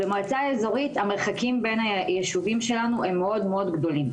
במועצה אזורית המרחקים בין היישובים שלנו הם מאוד גדולים.